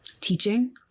teaching